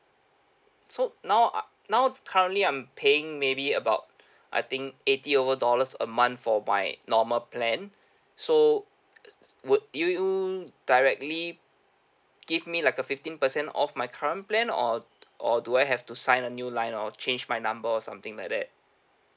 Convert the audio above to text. so now uh now is currently I'm paying maybe about I think eighty over dollars a month for my normal plan so would you you directly give me like a fifteen percent off my current plan or or do I have to sign a new line or change my number or something like that